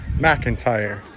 McIntyre